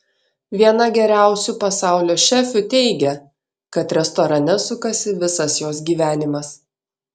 viena geriausių pasaulio šefių teigia kad restorane sukasi visas jos gyvenimas